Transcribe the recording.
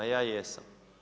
Ja jesam.